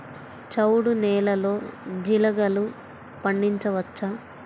చవుడు నేలలో జీలగలు పండించవచ్చా?